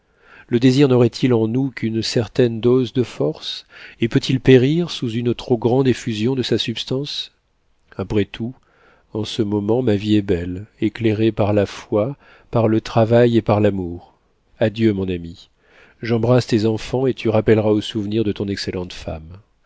le désir n'aurait-il en nous qu'une certaine dose de force et peut-il périr sous une trop grande effusion de sa substance après tout en ce moment ma vie est belle éclairée par la foi par le travail et par l'amour adieu mon ami j'embrasse tes enfants et tu rappelleras au souvenir de ton excellente femme